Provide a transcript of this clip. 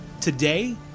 today